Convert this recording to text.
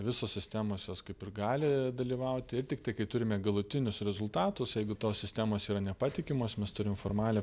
visos sistemos jos kaip ir gali dalyvauti ir tiktai kai turime galutinius rezultatus jeigu tos sistemos yra nepatikimos mes turim formalią